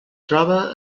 troba